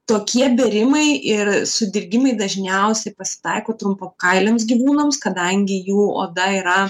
tokie bėrimai ir sudirgimai dažniausiai pasitaiko trumpakailiams gyvūnams kadangi jų oda yra